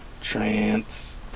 trance